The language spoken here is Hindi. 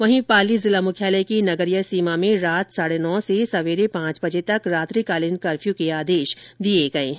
वहीं पाली जिला मुख्यालय की नगरीय सीमा में रात साढ़े नौ से सवेरे पांच बजे तक रात्रिकालीन कर्फ्यू लगा दिया है